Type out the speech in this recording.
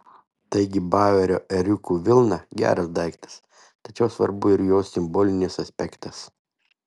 taigi bauerio ėriukų vilna geras daiktas tačiau svarbu ir jos simbolinis aspektas